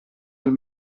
dal